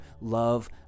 love